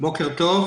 בוקר טוב.